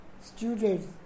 students